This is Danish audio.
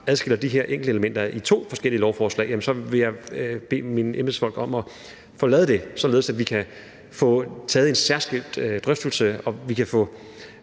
vi adskiller de her enkeltelementer i to forskellige lovforslag, jamen så vil jeg bede mine embedsfolk om at lave det således, at vi kan få taget en særskilt drøftelse og vi kan få